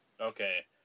okay